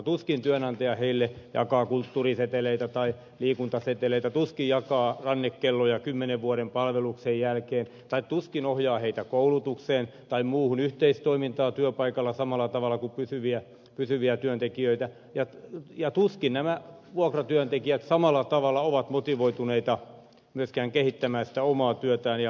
tuskin työnantaja heille jakaa kulttuuriseteleitä tai liikuntaseteleitä tuskin jakaa rannekelloja kymmenen vuoden palveluksen jälkeen tai tuskin ohjaa heitä koulutukseen tai muuhun yhteistoimintaan työpaikalla samalla tavalla kuin pysyviä työntekijöitä ja tuskin nämä vuokratyöntekijät samalla tavalla ovat motivoituneita myöskään kehittämään sitä omaa työtään ja tuotantoa